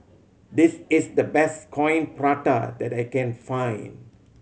this is the best Coin Prata that I can find